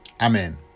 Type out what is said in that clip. Amen